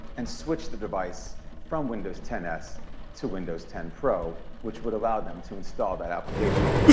and switch the device from windows ten s to windows ten pro, which would allow them to install that application.